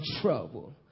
trouble